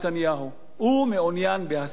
הוא מעוניין בהסחת הדעת